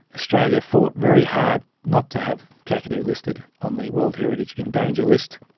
australia fought very hard not to have kakadu listed on the world heritage in danger list.